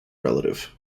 relative